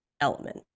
element